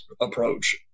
approach